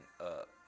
up